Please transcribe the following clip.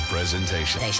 Presentation